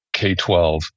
K-12